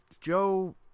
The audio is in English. Joe